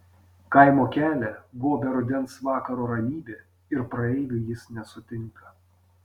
kaimo kelią gobia rudens vakaro ramybė ir praeivių jis nesutinka